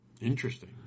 Interesting